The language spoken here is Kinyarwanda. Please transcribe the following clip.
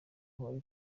wari